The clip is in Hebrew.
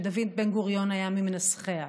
שדוד בן-גוריון היה ממנסחיה,